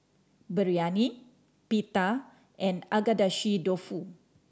Biryani Pita and Agedashi Dofu